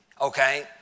Okay